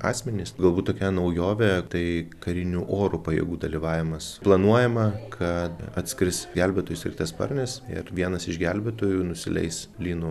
asmenys galbūt tokia naujovė tai karinių oro pajėgų dalyvavimas planuojama kad atskris gelbėtojų sraigtasparnis ir vienas iš gelbėtojų nusileis lynu